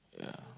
yeah